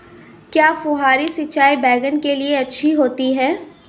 क्या फुहारी सिंचाई बैगन के लिए अच्छी होती है?